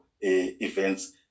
events